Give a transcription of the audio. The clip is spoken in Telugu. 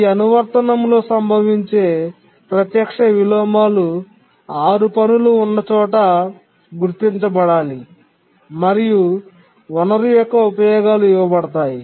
ఈ అనువర్తనంలో సంభవించే ప్రత్యక్ష విలోమాలు 6 పనులు ఉన్న చోట గుర్తించబడాలి మరియు వనరు యొక్క ఉపయోగాలు ఇవ్వబడతాయి